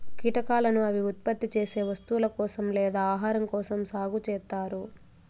కీటకాలను అవి ఉత్పత్తి చేసే వస్తువుల కోసం లేదా ఆహారం కోసం సాగు చేత్తారు